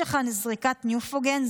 יש לך זריקת ניופוגן?